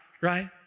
right